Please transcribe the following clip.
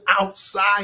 outside